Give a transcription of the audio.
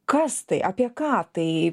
kas tai apie ką tai